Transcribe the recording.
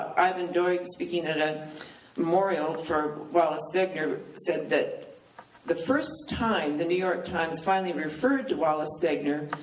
ivan doig, speaking at a memorial for wallace stegner, said that the first time the new york times finally referred to wallace stegner,